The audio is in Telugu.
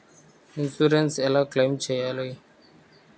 ఇన్సూరెన్స్ ఎలా క్లెయిమ్ చేయాలి?